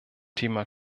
thema